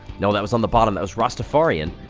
no, that was on the bottom, that was rastafarian.